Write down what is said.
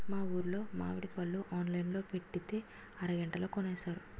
మా ఊరులో మావిడి పళ్ళు ఆన్లైన్ లో పెట్టితే అరగంటలో కొనేశారు